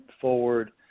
forward